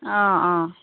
অঁ অঁ